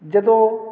ਜਦੋਂ